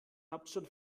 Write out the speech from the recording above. hauptstadt